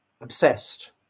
obsessed